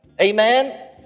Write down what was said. Amen